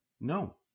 No